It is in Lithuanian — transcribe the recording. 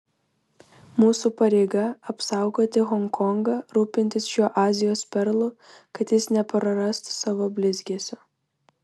mūsų pareiga apsaugoti honkongą rūpintis šiuo azijos perlu kad jis neprarastų savo blizgesio